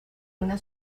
una